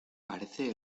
parece